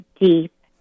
deep